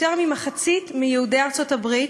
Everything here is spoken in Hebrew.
יותר ממחצית יהודי ארצות-הברית,